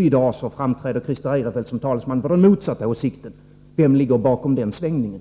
I dag framträder Christer Eirefelt som talesman för den motsatta åsikten. Vem ligger bakom den svängningen?